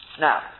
Now